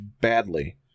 badly